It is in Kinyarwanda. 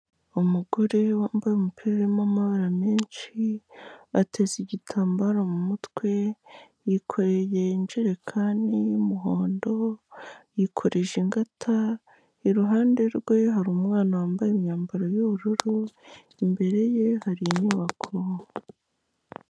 Umugore wambaye umupira urimo anmabara menshi, ateze igitambaro mu mutwe, yikoreye injerekani y'umuhondo, yikoreje ingata, iruhande rwe hari umwana wambaye imyambaro y'ubururu, imbere ye hari inyubako.